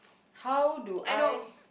how do I